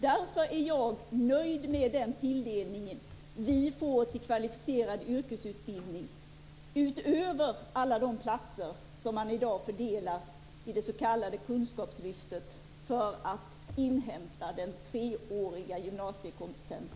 Därför är jag nöjd med den tilldelning som vi har fått till Kvalificerad yrkesutbildning utöver alla de platser som man i dag fördelar i det s.k. kunskapslyftet för att inhämta den treåriga gymnasiekompetensen.